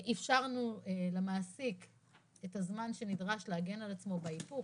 אפשרנו למעסיק את הזמן שנדרש להגן על עצמו בהיפוך,